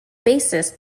bassist